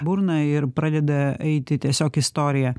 burną ir pradeda eiti tiesiog istorija